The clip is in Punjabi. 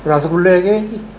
ਰਸਗੁੱਲੇ ਹੈਗੇ ਹੈ ਜੀ